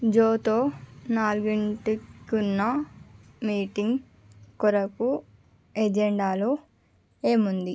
జోతో నాలుగింటికి ఉన్న మీటింగ్ కొరకు ఎజెండాలో ఏముంది